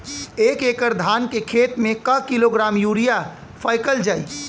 एक एकड़ धान के खेत में क किलोग्राम यूरिया फैकल जाई?